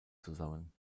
zusammen